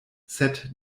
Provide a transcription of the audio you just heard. sed